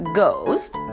ghost